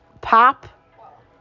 Pop